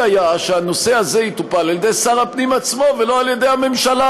היה שהנושא הזה יטופל על-ידי שר הפנים עצמו ולא על-ידי הממשלה.